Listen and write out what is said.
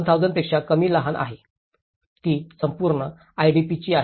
1000 पेक्षा कमी लहान आहे ती संपूर्ण आयडीपीची आहे